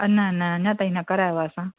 न न न अञा ताईं न करायो आहे असां